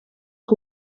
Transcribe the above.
que